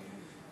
בנפרד,